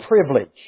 privilege